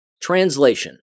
Translation